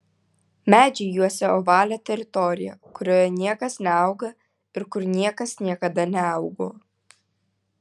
medžiai juosia ovalią teritoriją kurioje niekas neauga ir kur niekas niekada neaugo